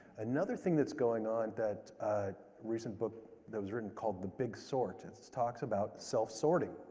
another thing that is going on that a recent book that was written called the big sort, it talks about self-sorting,